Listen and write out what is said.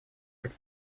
быть